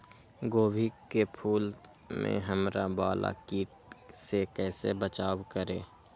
गोभी के फूल मे हरा वाला कीट से कैसे बचाब करें?